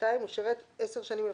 (2)הוא שירת עשר שנים לפחות,